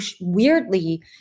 weirdly